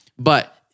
but-